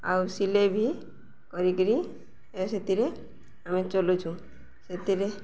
ଆଉ ସିଲେଇ ବି କରିକିରି ସେଥିରେ ଆମେ ଚଲୁଛୁ ସେଥିରେ